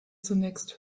zunächst